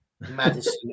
Madison